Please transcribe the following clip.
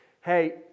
Hey